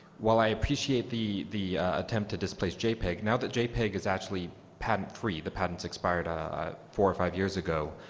while i appreciate the the attempt to displace jpeg, now that jpeg is actually patent-free the patents expired ah ah four or five years ago